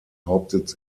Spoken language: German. hauptsitz